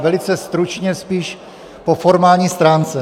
Velice stručně spíš po formální stránce.